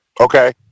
Okay